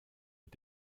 mit